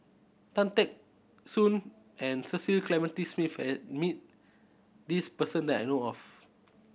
Tan Teck Soon and Cecil Clementi Smith has met this person that I know of